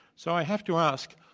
so i have to ask,